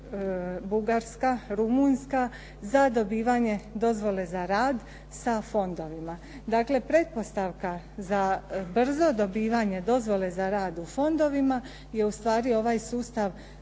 Bugarska, Rumunjska za dobivanje dozvole za rad sa fondovima. Dakle, pretpostavka za brzo dobivanje dozvole za rad u fondovima je u stvari ovaj sustav